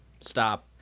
stop